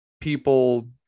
people